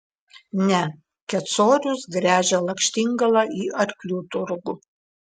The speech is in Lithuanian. ne kecorius gręžia lakštingalą į arklių turgų